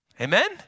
Amen